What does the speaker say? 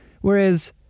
Whereas